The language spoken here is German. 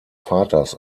vaters